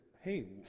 hey